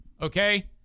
Okay